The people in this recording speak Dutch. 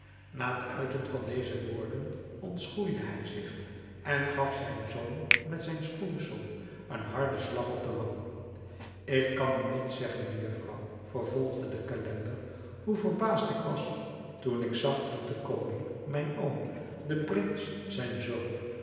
na het uiten van deze woorden ontschoeide hij zich en gaf zijn zoon met zijn schoeisel een harden slag op den wang ik kan u niet zeggen mejufvrouw vervolgde de calender hoe verbaasd ik was toen ik zag dat de koning mijn oom den prins zijn zoon